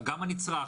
גם הנצרך,